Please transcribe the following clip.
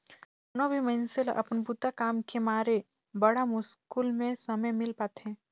कोनो भी मइनसे ल अपन बूता काम के मारे बड़ा मुस्कुल में समे मिल पाथें